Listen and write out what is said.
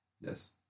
Yes